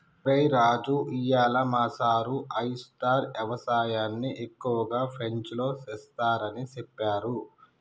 ఒరై రాజు ఇయ్యాల మా సారు ఆయిస్టార్ యవసాయన్ని ఎక్కువగా ఫ్రెంచ్లో సెస్తారని సెప్పారు